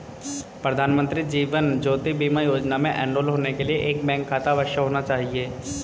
प्रधानमंत्री जीवन ज्योति बीमा योजना में एनरोल होने के लिए एक बैंक खाता अवश्य होना चाहिए